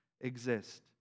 exist